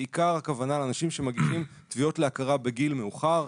בעיקר הכוונה לאנשים שמגיעים עם תביעות להכרה בגיל מאוחר.